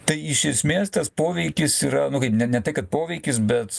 tai iš esmės tas poveikis yra ne ne tai kad poveikis bet